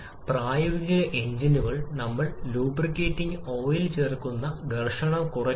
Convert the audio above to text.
അതിനാൽ സിലിണ്ടറിന്റെ ഘടന വാതകങ്ങൾ തീർച്ചയായും പ്രകടനത്തെ ബാധിക്കും